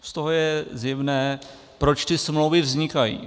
Z toho je zjevné, proč ty smlouvy vznikají.